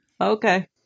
Okay